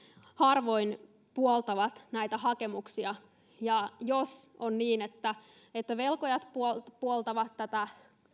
harvoin puoltavat näitä hakemuksia jos on niin että että velkojat puoltavat puoltavat tätä